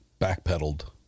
backpedaled